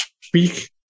speak